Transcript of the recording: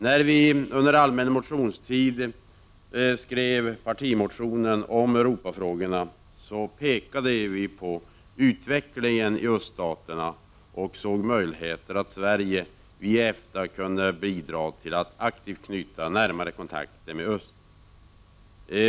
När vi i centern under den allmänna motionstiden skrev vår partimotion om Europafrågorna pekade vi på utvecklingen i öststaterna. Vi såg möjligheter för Sverige att via EFTA bidra till ett aktivt knytande av närmare kontakter med öst.